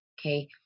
Okay